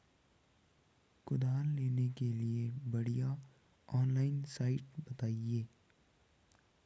कुदाल लेने के लिए बढ़िया ऑनलाइन साइट बतायें?